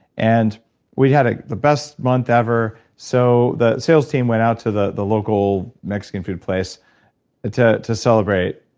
and we had ah the best month ever, so the sales team went out to the the local mexican food place to to celebrate,